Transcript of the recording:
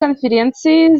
конференции